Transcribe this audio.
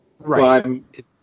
Right